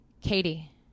Katie